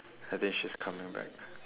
I think she's coming back